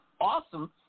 awesome